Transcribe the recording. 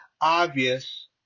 obvious